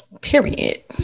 Period